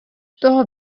toho